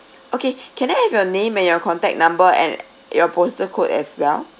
okay can I have your name and your contact number and your postal code as well